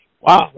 Wow